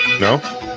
No